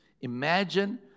Imagine